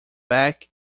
back